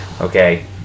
Okay